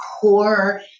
core